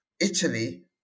Italy